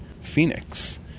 phoenix